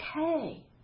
okay